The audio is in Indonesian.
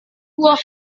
buah